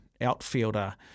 outfielder